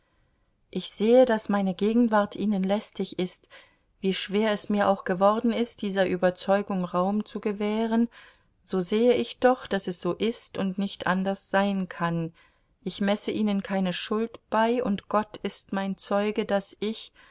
ich sehe daß meine gegenwart ihnen lästig ist wie schwer es mir auch geworden ist dieser überzeugung raum zu gewähren so sehe ich doch daß es so ist und nicht anders sein kann ich messe ihnen keine schuld bei und gott ist mein zeuge daß ich